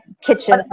kitchen